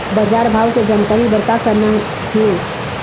बजार भाव के जानकारी बर का करना हे?